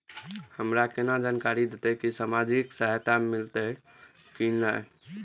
हमरा केना जानकारी देते की सामाजिक सहायता मिलते की ने?